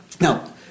Now